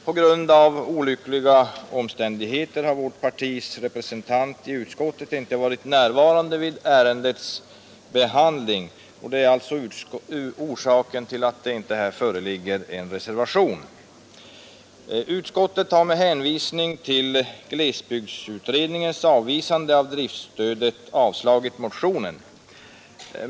På grund av olyckliga omständigheter har vårt partis representant i utskottet inte varit närvarande vid ärendets behandling. Det är alltså orsaken till att det inte här föreligger en reservation. Utskottet har med hänvisning till glesbygdsutredningens avvisande av driftstöd avstrykt motionen.